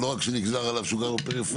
לא רק שנגזר עליו שהוא יושב בפריפריה,